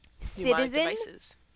citizen